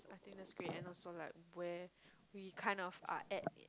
I think that's great and also like where we kind of are add